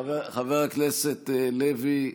חבר הכנסת לוי,